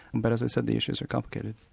and but as i said, the issues are complicated.